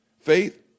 Faith